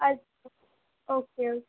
আচ্ছা ওকে ওকে